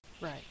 Right